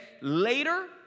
later